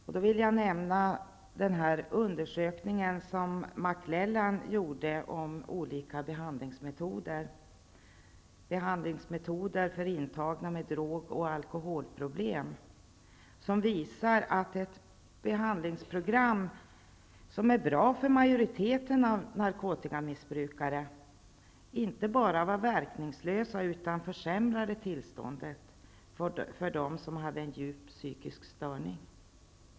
Jag vill nämna den undersökning som McLellan gjorde om behandlingsmetoder för intagna med drog och alkoholproblem och som visar att ett behandlingsprogram som var bra för majoriteten av narkotikamissbrukare inte bara var verkningslöst utan försämrade tillståndet för dem som även hade en djup psykisk störning.